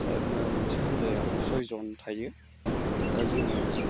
मोनसे हान्जायाव सयजोन थायो दा जोङो